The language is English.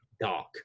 dark